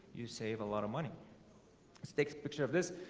you save a lot of money let's take a picture of this